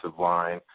line